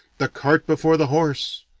the cart before the horse!